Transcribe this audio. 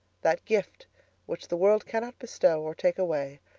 that gift which the world cannot bestow or take away,